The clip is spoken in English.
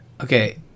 Okay